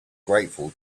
grateful